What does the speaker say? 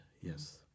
yes